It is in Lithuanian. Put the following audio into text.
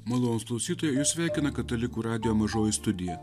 malonūs klausytojai jus sveikina katalikų radijo mažoji studija